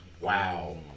Wow